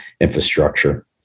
infrastructure